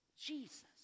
Jesus